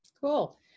Cool